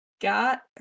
got